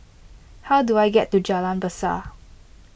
how do I get to Jalan Besar